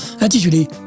intitulé